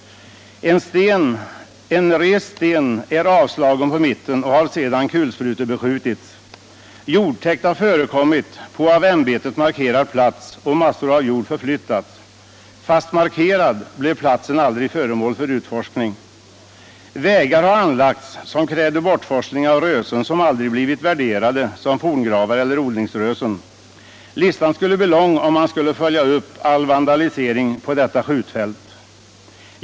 En rest sten är avslagen på mitten och har sedan kulsprutebeskjutits. Jordtäkt har förekommit på av ämbetet markerad plats, och massor av jord har förflyttats. Fastän markerad blev platsen aldrig föremål för utforskning. Vägar har anlagts, vilket har krävt bortforsling av rösen, som aldrig blivit värderade såsom forngravar eller odlingsrösen. Listan skulle bli lång, om man följde upp all vandalisering på detta skjutfält.